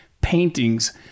paintings